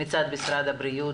מצד משרד הבריאות,